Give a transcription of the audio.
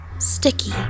Sticky